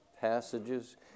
passages